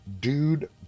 dude